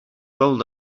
rolled